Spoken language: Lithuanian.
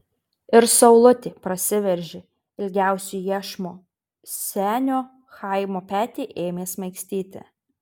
ir saulutė prasiveržė ilgiausiu iešmu senio chaimo petį ėmė smaigstyti